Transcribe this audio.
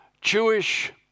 Jewish